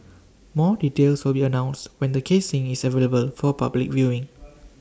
more details will be announced when the casing is available for public viewing